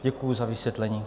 Děkuji za vysvětlení.